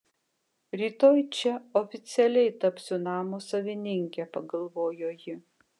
rytoj čia oficialiai tapsiu namo savininke pagalvojo ji